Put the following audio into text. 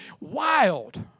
Wild